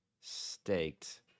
staked